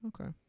Okay